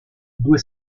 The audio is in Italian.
due